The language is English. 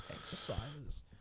exercises